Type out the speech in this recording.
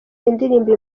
indirimbo